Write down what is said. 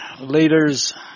leaders